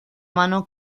mano